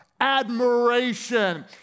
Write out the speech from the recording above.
admiration